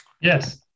Yes